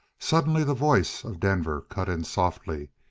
suddenly the voice of denver cut in softly,